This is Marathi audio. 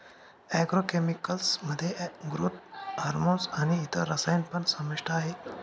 ऍग्रो केमिकल्स मध्ये ग्रोथ हार्मोन आणि इतर रसायन पण समाविष्ट आहेत